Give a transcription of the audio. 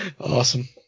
Awesome